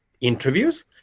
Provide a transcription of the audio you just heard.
interviews